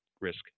risk